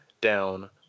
down